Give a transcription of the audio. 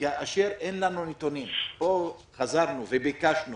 כאשר אין לנו נתונים, חזרנו וביקשנו